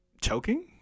choking